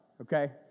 okay